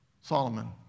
Solomon